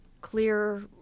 clear